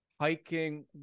hiking